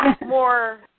more